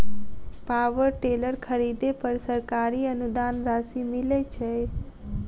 Power tiller खरीदे पर सरकारी अनुदान राशि मिलय छैय?